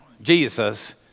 Jesus